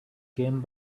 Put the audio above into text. came